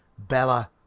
bela,